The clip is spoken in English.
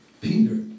Peter